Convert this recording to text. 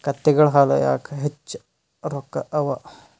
ಕತ್ತೆಗಳ ಹಾಲ ಯಾಕ ಹೆಚ್ಚ ರೊಕ್ಕ ಅವಾ?